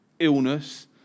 illness